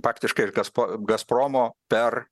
faktiškai ir kas po gazpromo per